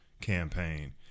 campaign